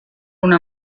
una